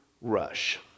Rush